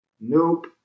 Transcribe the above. Nope